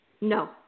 No